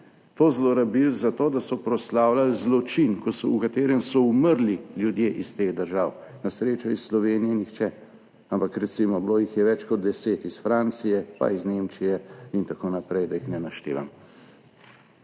to zlorabili za to, da so proslavljali zločin, ko so, v katerem so umrli ljudje iz teh držav, na srečo iz Slovenije nihče, ampak recimo bilo jih je več kot deset iz Francije pa iz Nemčije itn., da jih ne naštevam.